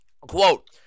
quote